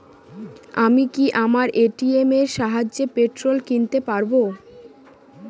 আমি কি আমার এ.টি.এম এর সাহায্যে পেট্রোল কিনতে পারব?